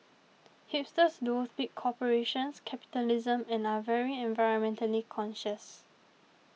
hipsters loath big corporations capitalism and are very environmentally conscious